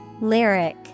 Lyric